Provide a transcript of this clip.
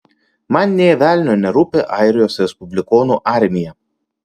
man nė velnio nerūpi airijos respublikonų armija